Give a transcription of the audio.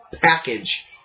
package